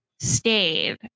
Stayed